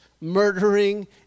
murdering